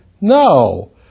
no